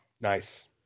Nice